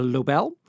Lobel